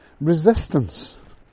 Resistance